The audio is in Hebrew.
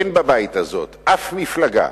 אין בבית הזה אף מפלגה,